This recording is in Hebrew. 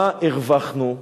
מה הרווחנו?